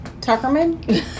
Tuckerman